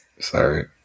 Sorry